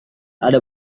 ada